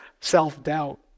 self-doubt